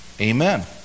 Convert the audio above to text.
Amen